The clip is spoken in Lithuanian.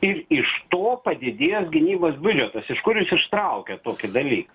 ir iš to padidėja gynybos biudžetas iš kur jis ištraukė tokį dalyką